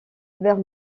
vers